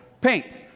paint